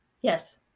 yes